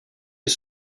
est